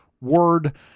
Word